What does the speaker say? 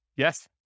Yes